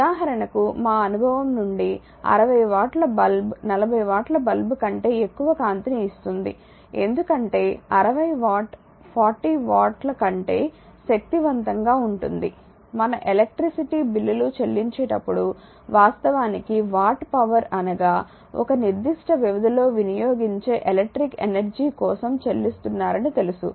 ఉదాహరణకు మా అనుభవం నుండి 60 వాట్ల బల్బ్ 40 వాట్ల బల్బ్ కంటే ఎక్కువ కాంతిని ఇస్తుంది ఎందుకంటే 60 వాట్ 40 వాట్ల కంటే శక్తివంతం గా ఉంటుంది మన ఎలక్ట్రిసిటీ బిల్లులు చెల్లించేటప్పుడు వాస్తవానికి వాట్ హవర్అనగా ఒక నిర్దిష్ట వ్యవధిలో వినియోగించే ఎలక్ట్రిక్ ఎనర్జీ కోసం చెల్లిస్తున్నారని తెలుసు